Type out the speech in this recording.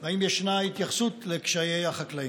3. האם ישנה התייחסות לקשיי החקלאים?